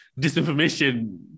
disinformation